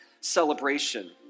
celebration